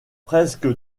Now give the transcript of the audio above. presque